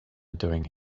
doing